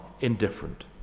indifferent